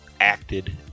acted